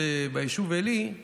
הוא אומר לי: